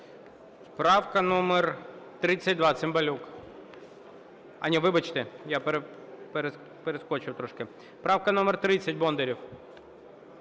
Правка номер 32, Цимбалюк. А, ні, вибачте, я перескочив трошки. Правка номер 30, Бондарєв.